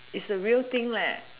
is a real thing leh